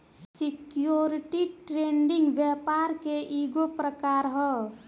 security trading व्यापार के ईगो प्रकार ह